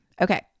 Okay